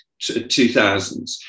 2000s